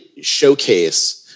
showcase –